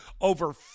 Over